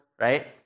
right